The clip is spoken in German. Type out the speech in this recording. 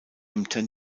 ämter